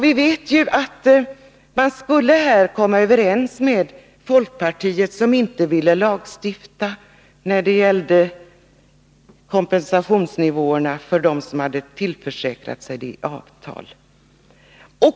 Vi vet ju att man skulle komma överens med folkpartiet, som inte ville lagstifta om kompensationsnivåerna för dem som i avtal hade tillförsäkrat sig sjuklön under karensdagarna.